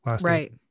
Right